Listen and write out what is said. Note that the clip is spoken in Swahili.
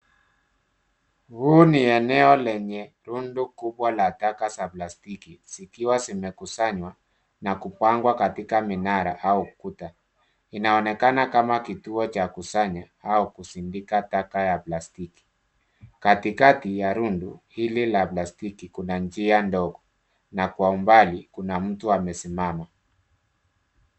Huu ni eneo lenye rundu kubwa la taka za plastiki zikiwa zimekusanywa na kupangwa katika minara au ukuta inaonekana kama kituo cha kusanya au kusindika taka ya plastiki ,katikati ya rundu hili la plastiki kuna njia ndogo na kwa umbali kuna mtu amesimama.